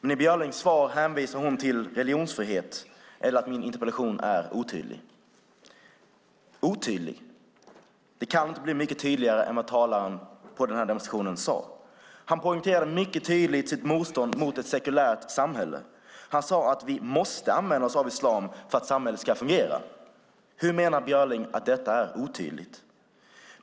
I Björlings svar hänvisar hon till religionsfrihet eller till att min interpellation är otydlig. Otydlig? Det kan inte bli mycket tydligare än vad talaren vid demonstrationen sade. Han poängterade mycket tydligt sitt motstånd mot ett sekulärt samhälle. Han sade att vi måste använda oss av islam för att samhället ska fungera. Hur menar Björling att detta är otydligt?